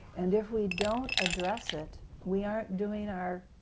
and if we don't address it, we aren't doing our